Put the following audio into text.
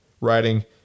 writing